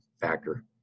factor